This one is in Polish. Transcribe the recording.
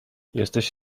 jesteś